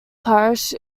parish